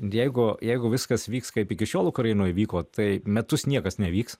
jeigu jeigu viskas vyks kaip iki šiol ukrainoj vyko taip metus niekas nevyks